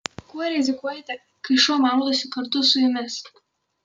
kuo rizikuojate kai šuo maudosi kartu su jumis